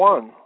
One